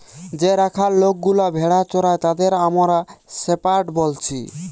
যে রাখাল লোকগুলা ভেড়া চোরাই তাদের আমরা শেপার্ড বলছি